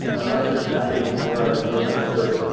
and i'm not sure exactly where i'd begin my search,